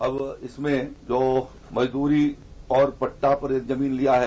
अब इसमें जो मजदूरी और पट्टा खरीद जमीन लिया है